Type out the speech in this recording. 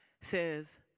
says